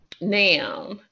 Now